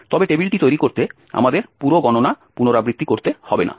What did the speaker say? তবে টেবিলটি তৈরি করতে আমাদের পুরো গণনা পুনরাবৃত্তি করতে হবে না